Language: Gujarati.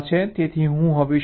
તેથી હું હવે શું કરું છું